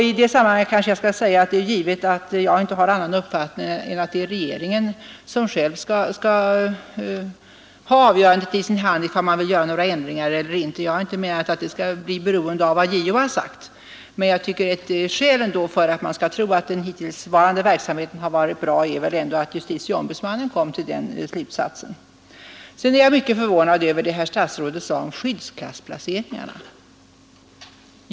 I detta sammanhang kanske jag skall säga att jag inte har annan uppfattning än att regeringen själv skall ha avgörandet i sin hand i frågan om det skall göras ändringar eller inte. Jag har inte menat att detta i och för sig är beroende av vad JO uttalat. Ett skäl för att man skall tro att den hittillsvarande verksamheten har varit bra är väl ändå att justitieombudsmannen kom fram till denna slutsats. Jag är vidare mycket förvånad över det som statsrådet sade om skyddsklassplaceringarna.